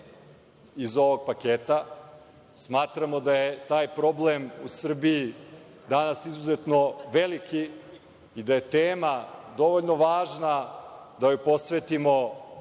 iz ovog paketa. Smatramo da je taj problem u Srbiji danas izuzetno veliki i da je tema dovoljno važna da joj posvetimo